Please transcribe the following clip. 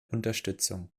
unterstützung